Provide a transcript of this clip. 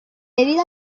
debido